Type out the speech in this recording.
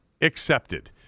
Accepted